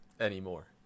anymore